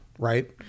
Right